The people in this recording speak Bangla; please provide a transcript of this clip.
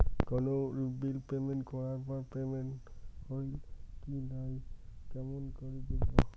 কোনো বিল পেমেন্ট করার পর পেমেন্ট হইল কি নাই কেমন করি বুঝবো?